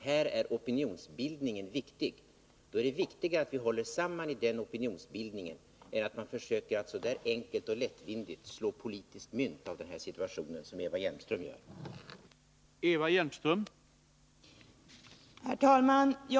Här är opinionsbildningen viktig, och då är det också viktigare att vi håller samman i fråga om denna opinionsbildning än att så enkelt och lättvindigt försöka slå politiskt mynt av situationen som Eva Hjelmström försökt göra.